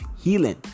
healing